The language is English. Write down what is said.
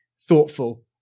thoughtful